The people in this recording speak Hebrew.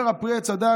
אומר: פרי עץ הדר,